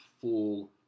full